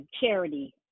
charity